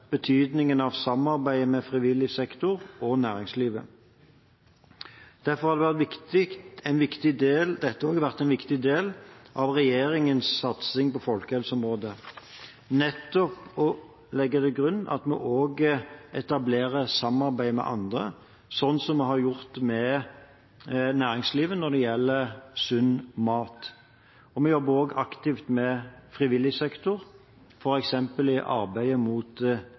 betydningen av samarbeidet med frivillig sektor og næringslivet. Derfor har det vært en viktig del av regjeringens satsing på folkehelse nettopp å legge til grunn at vi også etablerer samarbeid med andre, sånn som vi har gjort med næringslivet når det gjelder sunn mat. Vi jobber også aktivt med frivillig sektor, f.eks. i arbeidet mot